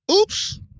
Oops